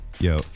Yo